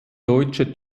deutsche